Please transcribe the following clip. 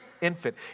infant